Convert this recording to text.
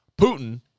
Putin